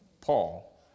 Paul